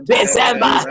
December